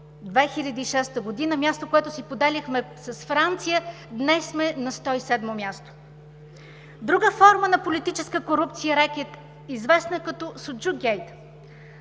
2006 г. – място, което си поделяхме с Франция, днес сме на 107-мо място. Друга форма на политическа корупция и рекет, известна като „Суджук гейт“.